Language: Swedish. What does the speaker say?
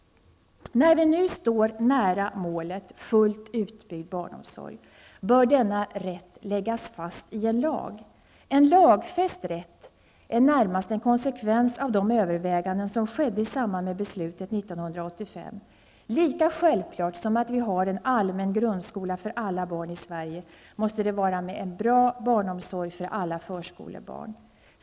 När vi nu står nära målet, fullt utbyggd barnomsorg, bör denna rätt läggas fast i en lag. En lagfäst rätt är närmast en konsekvens av de övervägande som skedde i samband med beslutet 1985. Lika självklart som att vi har en allmän grundskola för alla barn i Sverige måste det vara med en bra barnomsorg för alla förskolebarn.